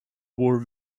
wore